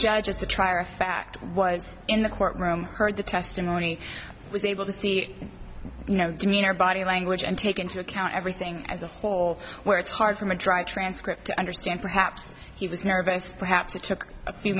judge has to try or a fact was in the courtroom heard the testimony was able to see you know demeanor body language and take into account everything as a whole where it's hard from a dry transcript to understand perhaps he was nervous perhaps it took a few